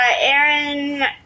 Aaron